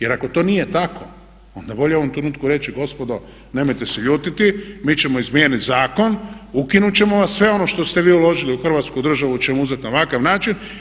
Jer ako to nije tako, onda je bolje u ovom trenutku reći gospodo nemojte se ljutiti, mi ćemo izmijeniti zakon, ukinut ćemo, sve ono što ste vi uložili u Hrvatsku državu ćemo uzeti na ovakav način.